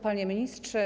Panie Ministrze!